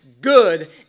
good